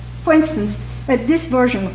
for instance but this version,